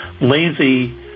lazy